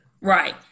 Right